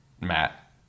Matt